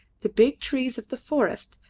the big trees of the forest,